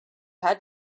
had